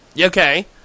Okay